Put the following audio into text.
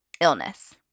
illness